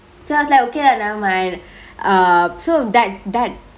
so I was like okay lah nevermind err so that that